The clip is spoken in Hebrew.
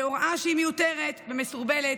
בהוראה שהיא מיותרת ומסורבלת,